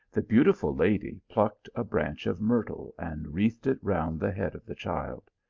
the beautiful lady plucked a branch of myrtle and wreathed it round the head of the child.